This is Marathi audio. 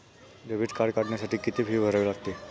डेबिट कार्ड काढण्यासाठी किती फी भरावी लागते?